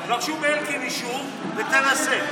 תבקשו מאלקין אישור ותנסה.